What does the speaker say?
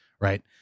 right